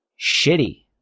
shitty